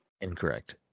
Incorrect